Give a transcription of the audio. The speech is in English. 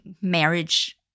marriage